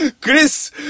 Chris